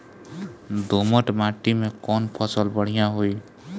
दोमट माटी में कौन फसल बढ़ीया होई?